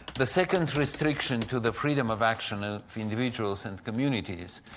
the second restriction to the freedom of action of individuals and communities,